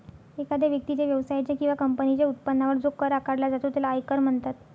एखाद्या व्यक्तीच्या, व्यवसायाच्या किंवा कंपनीच्या उत्पन्नावर जो कर आकारला जातो त्याला आयकर म्हणतात